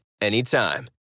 anytime